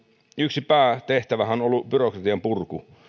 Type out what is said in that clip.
yksi päätehtävähän on ollut byrokratian purku